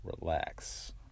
relax